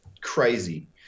crazy